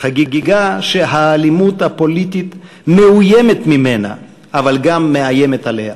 חגיגה שהאלימות הפוליטית מאוימת ממנה אבל גם מאיימת עליה.